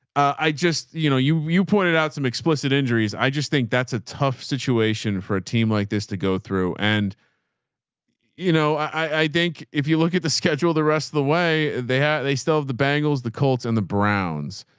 i just, you know, you, you pointed out some explicit injuries. i just think that's a tough situation for a team like this to go through. and you know, i, i think if you look at the schedule, the rest of the way they have, they still have the bangles, the colts and the browns.